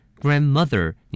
grandmother